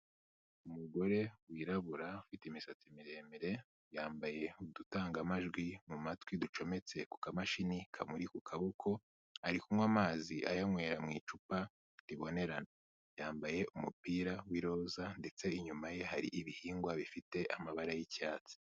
Umugore wirabura, ufite imisatsi miremire, yambaye udutangamajwi mu matwi ducometse ku kamashini kamuri ku kaboko, ari kunywa amazi ayanywera mu icupa ribonerana. Yambaye umupira w'iroza ndetse inyuma ye hari ibihingwa bifite amabara y'icyatsi.